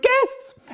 guests